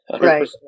Right